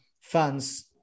fans